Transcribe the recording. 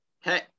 Hey